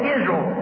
Israel